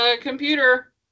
Computer